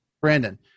Brandon